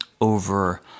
over